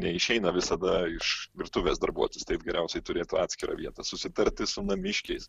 neišeina visada iš virtuvės darbuotis taip geriausiai turėtų atskirą vietą susitarti su namiškiais